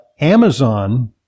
Amazon